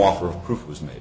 offer of proof was m